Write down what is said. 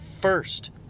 first